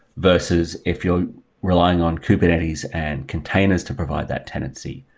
versus if you're relying on kubernetes and containers to provide that tenancy.